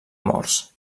morts